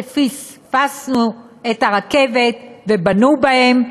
שפספסנו את הרכבת ובנו בהם,